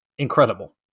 Incredible